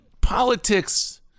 politics